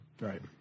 Right